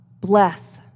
bless